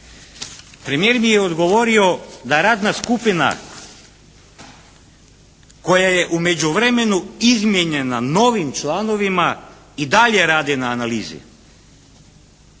Premijer mi je odgovorio da radna skupina koja je u međuvremenu izmijenjena novim članovima i dalje rade na analizi.